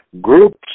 groups